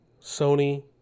sony